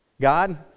God